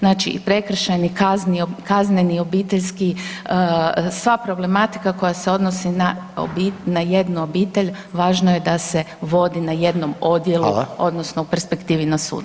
Znači i prekršajni, kazneni, obiteljski, sva problematika koja se odnosi na jednu obitelj važno je da se vodi na jednom odjelu odnosno [[Upadica: Hvala.]] u perspektivi na sudu.